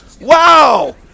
Wow